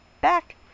back